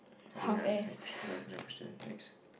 I don't really understand the question I don't understand the question next